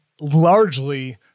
largely